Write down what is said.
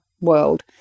world